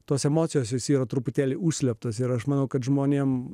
tos emocijos yra truputėlį užslėptos ir aš manau kad žmonėms